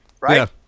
Right